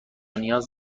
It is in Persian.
نیاز